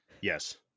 yes